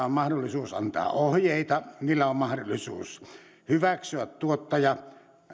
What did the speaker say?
on mahdollisuus antaa ohjeita niillä on mahdollisuus hyväksyä tuottaja